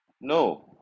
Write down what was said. no